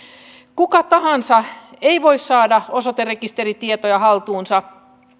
kuka tahansa ei voi saada osoiterekisteritietoja haltuunsa